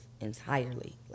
entirely